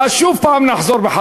ואז שוב הפעם נחזור.